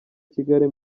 kigali